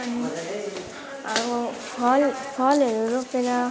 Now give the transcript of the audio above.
अनि अब फल फलहरू रोपेर